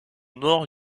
nord